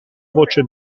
voce